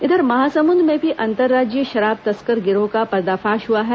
इधर महासमुंद में भी अंतर्राज्यीय शराब तस्कर गिरोह का पर्दाफाश हुआ है